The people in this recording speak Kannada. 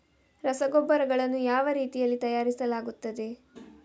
ರಸಗೊಬ್ಬರಗಳನ್ನು ಯಾವ ರೀತಿಯಲ್ಲಿ ತಯಾರಿಸಲಾಗುತ್ತದೆ?